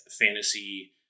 fantasy